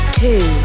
two